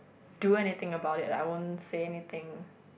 do anything about it I won't say anything